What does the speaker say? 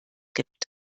gibt